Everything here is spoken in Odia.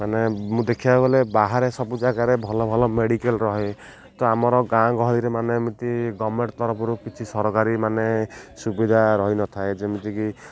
ମାନେ ମୁଁ ଦେଖିବାକୁ ଗଲେ ବାହାରେ ସବୁ ଜାଗାରେ ଭଲ ଭଲ ମେଡ଼ିକାଲ୍ ରହେ ତ ଆମର ଗାଁ ଗହଳିରେ ମାନେ ଏମିତି ଗଭର୍ଣ୍ଣମେଣ୍ଟ ତରଫରୁ କିଛି ସରକାରୀ ମାନେ ସୁବିଧା ରହିନଥାଏ ଯେମିତିକି